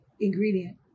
ingredient